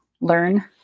learn